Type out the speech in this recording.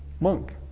monk